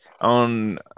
on